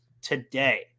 today